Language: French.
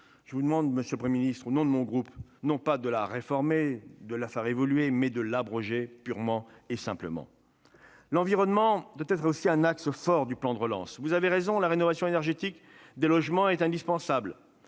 Je vous demande, monsieur le Premier ministre, au nom de mon groupe, non pas de l'amender, de la faire évoluer, mais de l'abroger purement et simplement. L'environnement doit être aussi un axe fort du plan de relance. Vous avez raison : la rénovation énergétique des logements est indispensable.